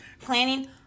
planning